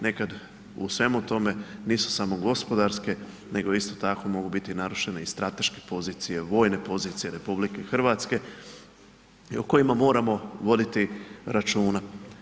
Nekad u svemu tome nisu samo gospodarske, nego isto tako mogu biti narušene i strateške pozicije, vojne pozicije RH o kojima moramo voditi računa.